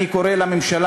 אני קורא לממשלה,